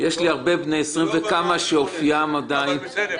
יש לי הרבה בני 20 ויותר שאופיים עדיין לא בשל.